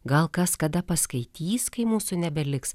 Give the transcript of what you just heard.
gal kas kada paskaitys kai mūsų nebeliks